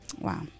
Wow